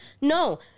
No